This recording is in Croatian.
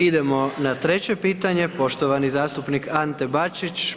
Idemo na treće pitanje, poštovani zastupnik Ante Bačić.